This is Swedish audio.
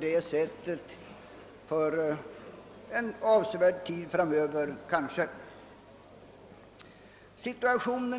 Det behöver kanske bara röra sig om